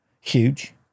huge